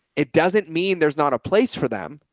it doesn't mean there's not a place for them.